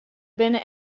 binne